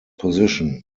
position